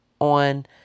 on